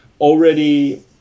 already